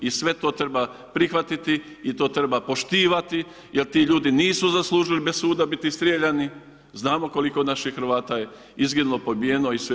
I sve to treba prihvatiti i to treba poštivati jer ti ljudi nisu zaslužili bez suda biti strijeljani, znamo koliko naših Hrvata je izginulo, pobijeno i sve.